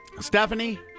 Stephanie